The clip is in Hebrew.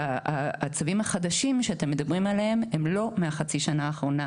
והצווים החדשים שאתם מדברים עליהם הם לא רק מהחצי שנה האחרונה,